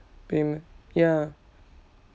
payment ya